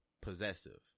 possessive